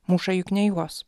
muša juk ne juos